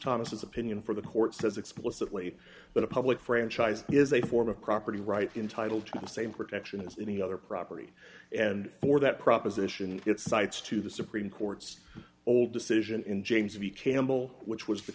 thomas opinion for the court says explicitly but a public franchise is a form of property rights entitle to the same protection as any other property and for that proposition it cites to the supreme court's old decision in james v campbell which was the